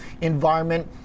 environment